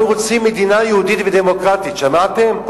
אנחנו רוצים מדינה יהודית ודמוקרטית, שמעתם?